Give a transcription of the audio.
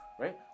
right